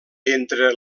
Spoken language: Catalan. entre